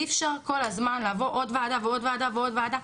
אי אפשר כל הזמן לעבור עוד ועדה ועוד ועדה ועוד ועדה,